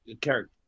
character